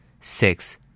Six